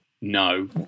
no